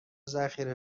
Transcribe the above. ذخیره